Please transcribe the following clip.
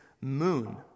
moon